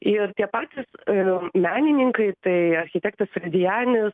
ir tie patys a menininkai tai architektas radijanis